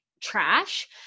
trash